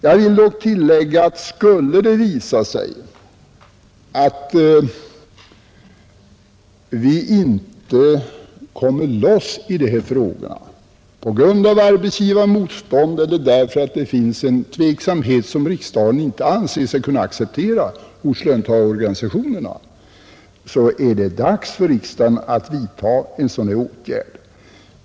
Jag vill tillägga, att skulle det visa sig att vi inte kommer loss i dessa frågor på grund av arbetsgivarmotstånd eller för att det hos löntagarorganisationerna finns en tveksamhet som riksdagen inte anser sig kunna acceptera, är det dags för riksdagen att vidta en sådan här åtgärd.